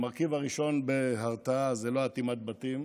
המרכיב הראשון בהרתעה זה לא אטימת בתים,